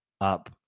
up